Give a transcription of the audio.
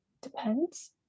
Depends